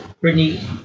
Brittany